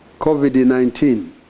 COVID-19